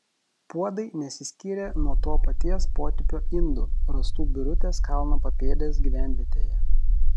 puodai nesiskyrė nuo to paties potipio indų rastų birutės kalno papėdės gyvenvietėje